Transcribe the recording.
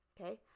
Okay